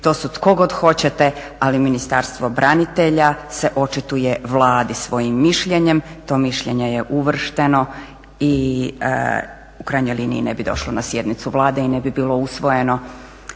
to su tko god hoćete ali Ministarstvo branitelja se očituje Vladi svojim mišljenjem. To mišljenje je uvršteno i u krajnjoj liniji ne bi došlo na sjednicu Vlade i ne bi bilo usvojeno